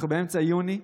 אנחנו באמצע יוני,